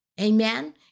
Amen